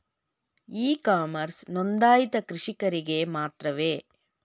E commerce ನೊಂದಾಯಿತ ಕೃಷಿಕರಿಗೆ ಮಾತ್ರವೇ?